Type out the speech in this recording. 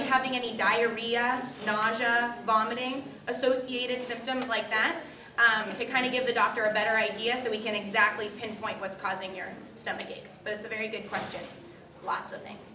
you having any diary not just vomiting associated symptoms like that i'm going to kind of give the doctor a better idea so we can exactly pinpoint what's causing your stomach aches but it's a very good question lots of things